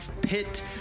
Pit